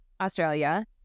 Australia